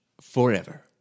forever